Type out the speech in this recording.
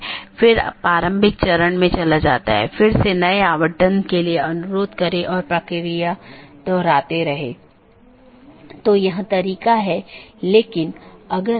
तो एक है optional transitive वैकल्पिक सकर्मक जिसका मतलब है यह वैकल्पिक है लेकिन यह पहचान नहीं सकता है लेकिन यह संचारित कर सकता है